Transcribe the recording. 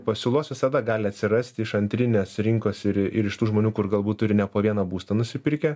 pasiūlos visada gali atsirasti iš antrinės rinkos ir ir iš tų žmonių kur galbūt turi ne po vieną būstą nusipirkę